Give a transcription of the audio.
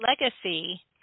legacy